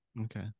Okay